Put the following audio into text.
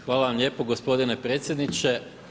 Hvala vam lijepo gospodine predsjedniče.